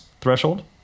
threshold